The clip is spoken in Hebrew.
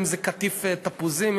אם קטיף תפוזים,